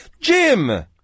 Jim